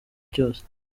cyose